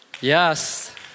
Yes